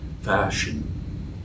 fashion